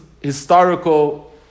historical